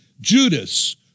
Judas